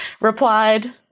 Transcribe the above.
replied